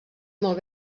molt